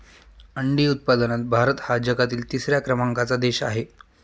अंडी उत्पादनात भारत हा जगातील तिसऱ्या क्रमांकाचा देश आहे